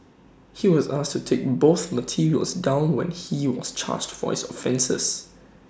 he was asked to take both materials down when he was charged for his offences